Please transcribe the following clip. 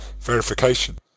verification